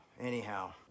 Anyhow